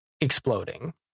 exploding